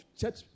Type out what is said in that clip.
church